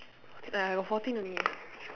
uh I got fourteen only